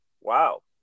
wow